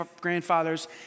grandfathers